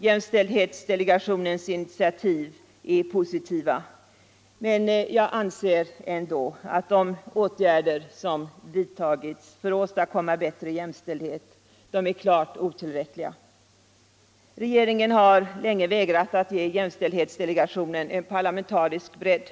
Jämställdhetsdelegationens initiativ är positiva, men jag anser ändå att de åtgärder som vidtagits av regeringen för att åstadkomma bättre jämställdhet är klart otillräckliga. Man har länge vägrat att ge jämställdhetsdelegationen en parlamentarisk bredd.